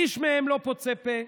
איש מהם לא פוצה פה,